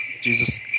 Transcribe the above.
Jesus